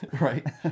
right